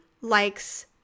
likes